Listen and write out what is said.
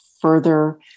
further